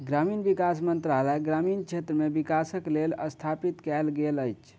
ग्रामीण विकास मंत्रालय ग्रामीण क्षेत्र मे विकासक लेल स्थापित कयल गेल अछि